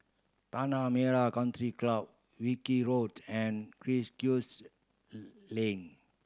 Tanah Merah Country Club Wilkie Road and Link